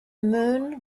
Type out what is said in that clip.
moon